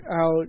out